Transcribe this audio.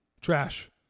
trash